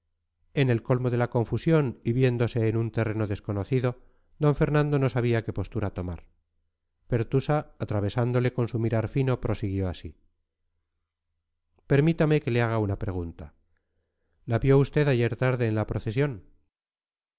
en el colmo de la confusión y viéndose en un terreno desconocido d fernando no sabía qué postura tomar pertusa atravesándole con su mirar fino prosiguió así permítame que le haga una pregunta la vio usted ayer tarde en la procesión